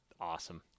Awesome